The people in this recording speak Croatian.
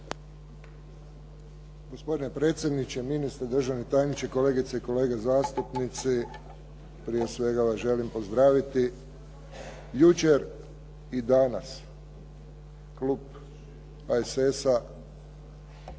Gospodine predsjedniče, ministre, državni tajniče, kolegice i kolege zastupnici. Prije svega vas želim pozdraviti. Jučer i danas klub HSS-a